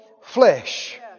flesh